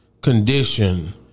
Condition